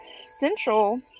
central